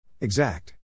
Exact